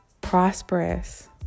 prosperous